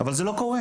אבל זה לא קורה.